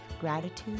Gratitude